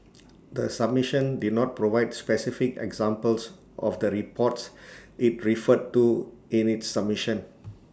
the submission did not provide specific examples of the reports IT referred to in its submission